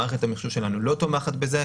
מערכת המחשוב שלנו לא תומכת בזה,